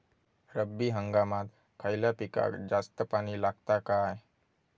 रब्बी हंगामात खयल्या पिकाक जास्त पाणी लागता काय?